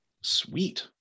Sweet